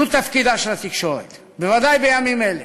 זה תפקידה של התקשורת, בוודאי בימים אלה,